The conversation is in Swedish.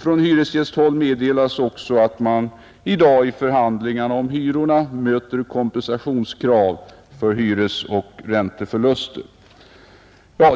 Från hyresgästhåll meddelas också att man i dag i förhandlingarna om hyrorna från bostadsförvaltningarna möter kompensationskrav för hyresoch ränteförluster.